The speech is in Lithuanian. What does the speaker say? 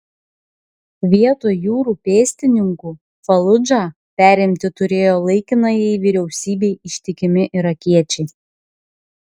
vietoj jūrų pėstininkų faludžą perimti turėjo laikinajai vyriausybei ištikimi irakiečiai